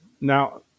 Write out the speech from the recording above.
Now